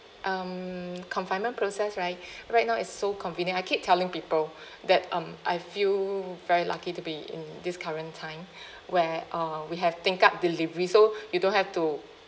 um confinement process right right now it's so convenient I keep telling people that um I feel very lucky to be in this current time where uh we have think up delivery so you don't have to